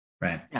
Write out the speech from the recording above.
right